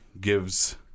gives